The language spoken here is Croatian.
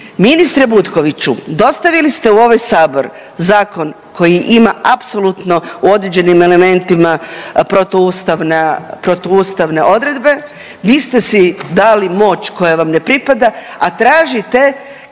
Ministre Butkoviću, dostavili ste u ovaj sabor zakon koji ima apsolutno u određenim elementima protuustavna, protuustavne odredbe, vi ste si dali moć koja vam ne pripada, a tražite